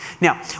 Now